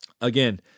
again